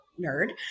nerd